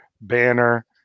Banner